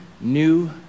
new